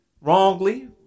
wrongly